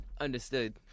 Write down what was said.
Understood